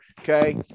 okay